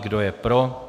Kdo je pro?